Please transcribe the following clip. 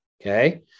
Okay